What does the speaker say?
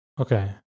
Okay